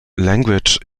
language